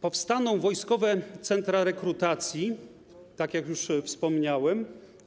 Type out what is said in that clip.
Powstaną wojskowe centra rekrutacji, tak jak już wspomniałem,